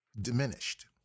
diminished